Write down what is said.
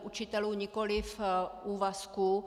Učitelů, nikoli úvazků.